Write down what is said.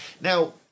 Now